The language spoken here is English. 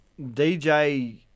DJ